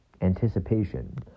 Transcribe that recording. anticipation